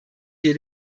wir